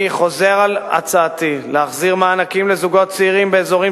אני חוזר על הצעתי להחזיר מענקים לזוגות צעירים באזורים